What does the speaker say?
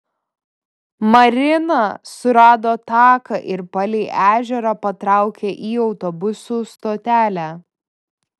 marina surado taką ir palei ežerą patraukė į autobusų stotelę